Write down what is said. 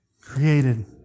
Created